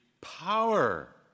power